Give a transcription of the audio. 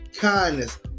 kindness